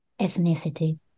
ethnicity